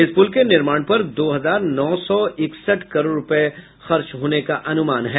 इस पुल के निर्माण पर दो हजार नौ सौ इकसठ करोड़ रूपये खर्च होने का अनुमान है